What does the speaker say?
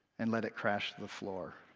and let it crash to the floor.